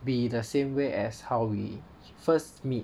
be the same way as how we first meet